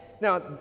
now